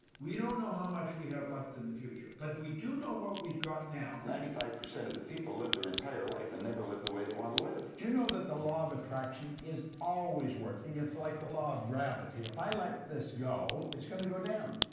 we don't know how much we have left in the future, but we do know what we've got now. ninety five percent of the people live their entire life and never live the way they want to live. do you know that the law of attraction is always working? it's like the law of gravity. if i let this go, it's going to go down.